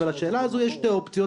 ולשאלה הזו יש שתי אופציות,